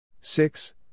Six